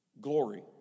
glory